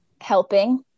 Helping